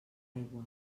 aigua